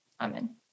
amen